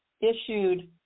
issued